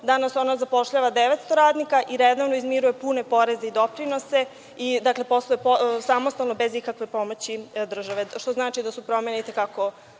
Danas ona zapošljava 900 radnika i redovno izmiruje poreze i doprinose. Dakle, posluje samostalno, bez ikakve pomoći države, što znači da su promene i te kako